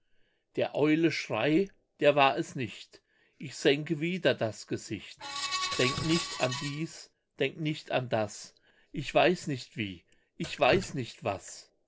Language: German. der eule schrei der war es nicht ich senke wieder das gesicht denk nicht an dies denk nicht an das ich weiß nicht wie ich weiß nicht was